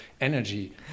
energy